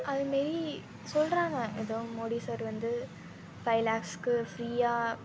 அதேமாரி சொல்லுறாங்க எதோ மோடி சார் வந்து ஃபைவ் லேக்ஸ்க்கு ஃப்ரீயாக